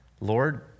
Lord